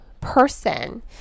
person